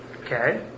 Okay